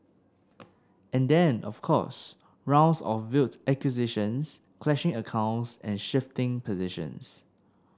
and then of course rounds of veiled accusations clashing accounts and shifting positions